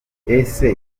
ese